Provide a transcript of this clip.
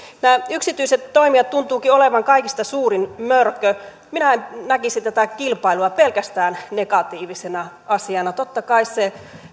nämä yksityiset toimijat tuntuvatkin olevan kaikista suurin mörkö minä en näkisi tätä kilpailua pelkästään negatiivisena asiana totta kai se